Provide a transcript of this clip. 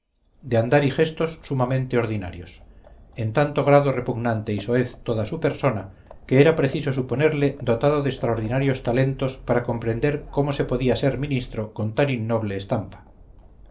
de andar y gestos sumamente ordinarios en tanto grado repugnante y soez toda su persona que era preciso suponerle dotado de extraordinarios talentos para comprender cómo se podía ser ministro con tan innoble estampa